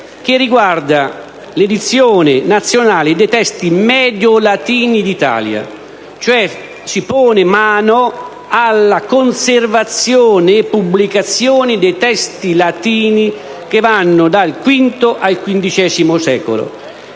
che riguarda l'Edizione nazionale dei testi mediolatini d'Italia (cioè, si pone mano alla conservazione e pubblicazione dei testi latini che vanno dal V al XV secolo,